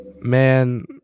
Man